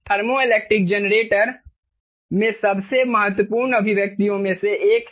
thermoelectric generator में सबसे महत्वपूर्ण अभिव्यक्तियों में से एक है